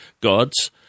gods